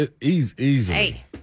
Easily